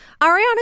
Ariana